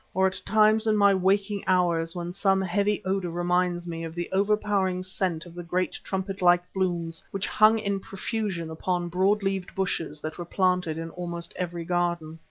or at times in my waking hours when some heavy odour reminds me of the overpowering scent of the great trumpet-like blooms which hung in profusion upon broad-leaved bushes that were planted in almost every garden.